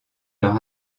leur